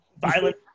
violent